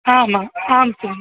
आमाम् आम्